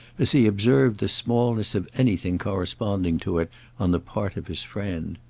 as he observed the smallness of anything corresponding to it on the part of his friend.